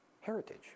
heritage